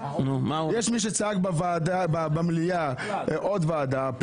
יש מי שצעק במליאה עוד ועדה,